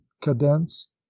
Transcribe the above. cadence